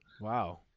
Wow